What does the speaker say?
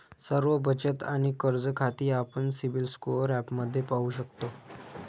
सर्व बचत आणि कर्ज खाती आपण सिबिल स्कोअर ॲपमध्ये पाहू शकतो